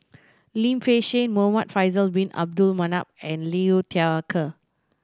Lim Fei Shen Muhamad Faisal Bin Abdul Manap and Liu Thai Ker